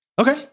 okay